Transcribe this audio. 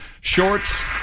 shorts